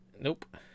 Nope